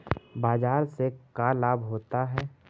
बाजार से का लाभ होता है?